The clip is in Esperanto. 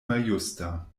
maljusta